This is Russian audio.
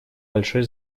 большой